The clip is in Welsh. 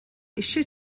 eisiau